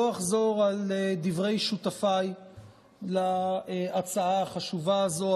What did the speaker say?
לא אחזור על דברי שותפיי להצעה החשובה הזאת.